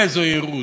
איזו יהירות.